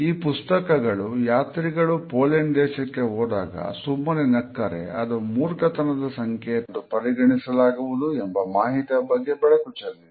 ಈ ಪುಸ್ತಕಗಳು ಯಾತ್ರಿಗಳು ಪೋಲೆಂಡ್ ದೇಶಕ್ಕೆ ಹೋದಾಗ ಸುಮ್ಮನೆ ನಕ್ಕರೆ ಅದನ್ನು ಮೂರ್ಖತನದ ಸಂಕೇತ ಎಂದು ಪರಿಗಣಿಸಲಾಗುವುದು ಎಂಬ ಮಾಹಿತಿಯ ಬಗ್ಗೆ ಬೆಳಕು ಚೆಲ್ಲಿದೆ